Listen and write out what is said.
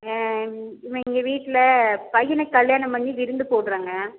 எங்கள் வீட்டில் பையனுக்கு கல்யாணம் பண்ணி விருந்து போடுறோங்க